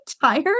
tired